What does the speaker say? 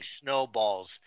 snowballs